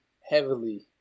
heavily